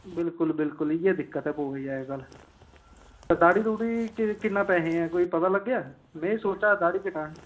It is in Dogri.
बिलकुल बिलकुल इ'यै दिक्कत ऐ पवा दी अज्ज्कल ते दाढ़ी दुढ़ी किन्ना पैहे ऐ कोई पता लग्गेआ में सोचेआ दाढ़ी कटां